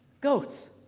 goats